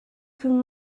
can